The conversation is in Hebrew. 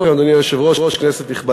אדוני היושב-ראש, ערב טוב לך, כנסת נכבדה,